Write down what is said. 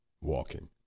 walking